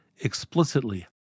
explicitly